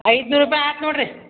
ಐದುನೂರು ರೂಪಾಯಿ ಆಯ್ತ್ ನೋಡಿರಿ